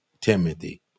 Timothy